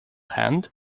hand